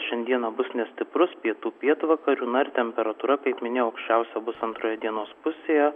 šiandieną bus nestiprus pietų pietvakarių na ir temperatūra kaip minėjau aukščiausia bus antroje dienos pusėje